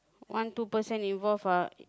one two person involve ah